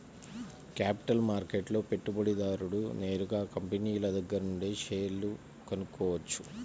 capital మార్కెట్లో పెట్టుబడిదారుడు నేరుగా కంపినీల దగ్గరనుంచే షేర్లు కొనుక్కోవచ్చు